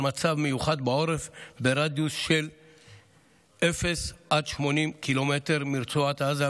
על מצב מיוחד בעורף ברדיוס של אפס עד 80 קילומטר מרצועת עזה,